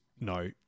no